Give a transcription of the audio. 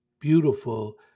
beautiful